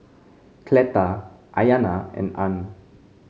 Cleta Ayana and Arne